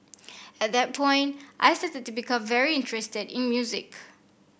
at that point I started to become very interested in music